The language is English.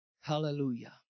Hallelujah